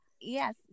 yes